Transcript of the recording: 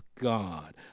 God